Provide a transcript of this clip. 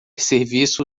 serviço